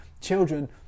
Children